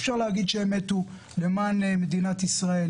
אפשר לומר שהם מתו למען מדינת ישראל,